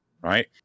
right